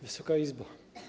Wysoka Izbo!